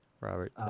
Robert